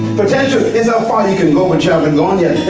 potential is how far you can go, but you haven't gone yet.